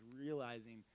realizing